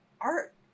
art